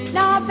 Now